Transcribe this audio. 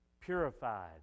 purified